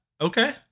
okay